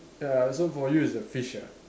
ya so for you it's a fish ah